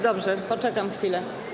Dobrze, poczekam chwilę.